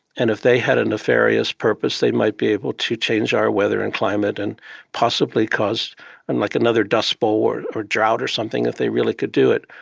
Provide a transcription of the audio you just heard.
and if they had a nefarious purpose, they might be able to change our weather and climate, and possibly cause and like another dust bowl or drought or something if they really could do it.